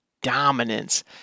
dominance